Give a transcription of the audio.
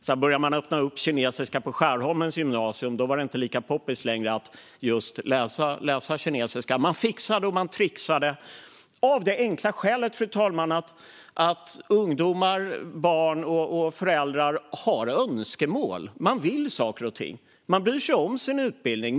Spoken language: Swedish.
Sedan började man med kinesiska på Skärholmens gymnasium, och då var det inte lika poppis med kinesiska längre. Man fixade och tricksade av det enkla skälet att ungdomar, barn och föräldrar har önskemål. Man vill saker och ting. Man bryr sig om sin utbildning.